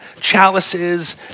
chalices